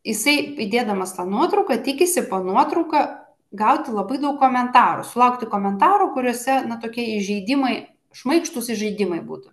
jisai įdėdamas tą nuotrauką tikisi po nuotrauka gauti labai daug komentarų sulaukti komentarų kuriuose na tokie įžeidimai šmaikštūs įžeidimai būtų